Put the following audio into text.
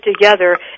together